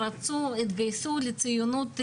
התגייסו לציונות אמיתית,